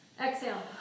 exhale